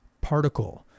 particle